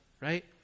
right